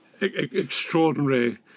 extraordinary